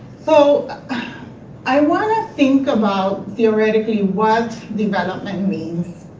so i wanna think about, theoretically, what development means.